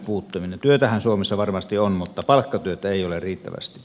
työtähän suomessa varmasti on mutta palkkatyötä ei ole riittävästi